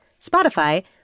Spotify